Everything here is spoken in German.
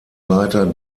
leiter